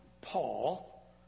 Paul